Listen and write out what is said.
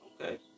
okay